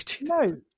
no